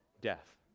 death